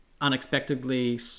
unexpectedly